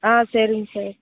ஆ சரிங்க சார்